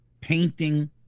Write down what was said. painting